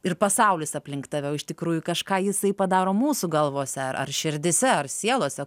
ir pasaulis aplink tave o iš tikrųjų kažką jisai padaro mūsų galvose ar ar širdyse ar sielose